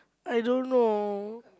I don't know